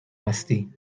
هستی